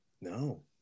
No